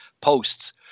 posts